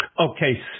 Okay